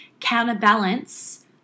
counterbalance